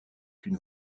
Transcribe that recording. une